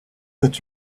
that